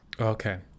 Okay